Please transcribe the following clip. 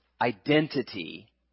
identity